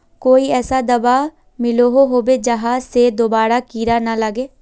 कोई ऐसा दाबा मिलोहो होबे जहा से दोबारा कीड़ा ना लागे?